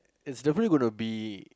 it's definitely gonna be